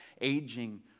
aging